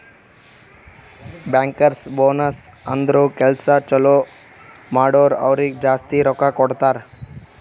bankers bonus ಅಂದುರ್ ಕೆಲ್ಸಾ ಛಲೋ ಮಾಡುರ್ ಅವ್ರಿಗ ಜಾಸ್ತಿ ರೊಕ್ಕಾ ಕೊಡ್ತಾರ್